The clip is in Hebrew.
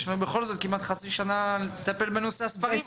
יש לנו בכל זאת כמעט חצי שנה לטפל בנושא הספרים,